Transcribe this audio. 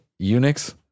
Unix